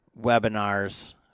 webinars